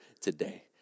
today